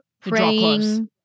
praying